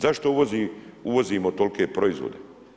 Zašto uvozimo tolke proizvode?